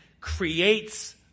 creates